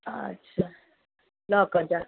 अच्छा लऽ कऽ जायब